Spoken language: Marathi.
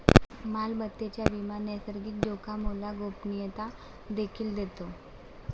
मालमत्तेचा विमा नैसर्गिक जोखामोला गोपनीयता देखील देतो